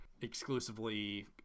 exclusively